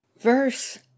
Verse